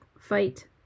fight